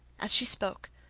as she spoke,